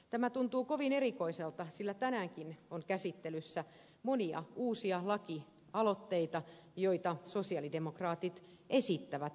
tämä tuntuu kovin erikoiselta sillä tänäänkin on käsittelyssä monia uusia lakialoitteita joita sosialidemokraatit esittävät omina aloitteinaan